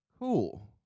Cool